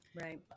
Right